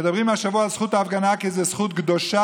מדברים השבוע על זכות ההפגנה כי זאת זכות קדושה,